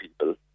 people